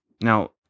now